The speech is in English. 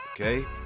okay